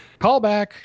Callback